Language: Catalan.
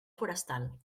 forestal